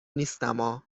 نیستما